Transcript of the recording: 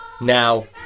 Now